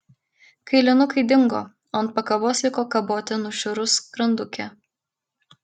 kailinukai dingo o ant pakabos liko kaboti nušiurus skrandukė